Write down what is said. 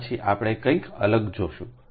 તે પછી આપણે કંઈક અલગ જોશું